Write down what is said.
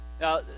Now